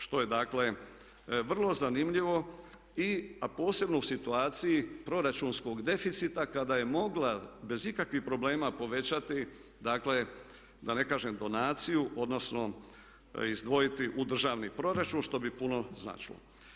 Što je dakle vrlo zanimljivo, a posebno u situaciji proračunskog deficita kada je mogla bez ikakvih problema povećati dakle da ne kažem donaciju odnosno izdvojiti u državni proračun što bi puno značilo.